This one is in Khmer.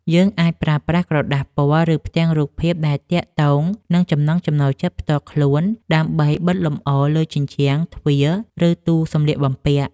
យើងអាចប្រើប្រាស់ក្រដាសពណ៌ ឬផ្ទាំងរូបភាព ដែលទាក់ទងនឹងចំណង់ចំណូលចិត្តផ្ទាល់ខ្លួនដើម្បីបិទលម្អលើ ជញ្ជាំង ទ្វារ ឬទូសម្លៀកបំពាក់។